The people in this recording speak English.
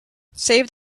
saved